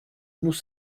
nous